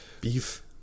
beef